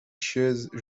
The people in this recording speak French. chaises